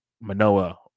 Manoa